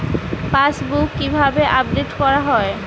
Passbook কিভাবে update করা হয়?